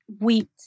wheat